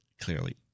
clearly